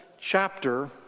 chapter